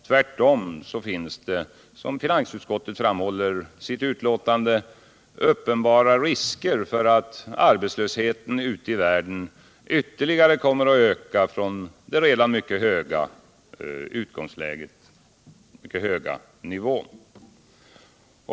Tvärtom finns det, som finansutskottet framhåller i sitt betänkande, uppenbara risker för att arbetslösheten ute i världen ytterligare kommer att öka från den redan mycket höga nivån.